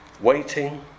waiting